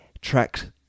tracks